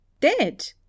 Dead